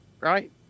right